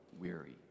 weary